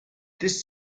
this